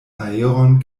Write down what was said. aeron